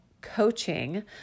coaching